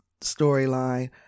storyline